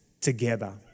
together